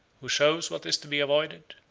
who shows what is to be avoided,